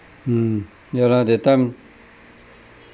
mm yeah lah that time